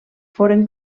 foren